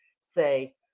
say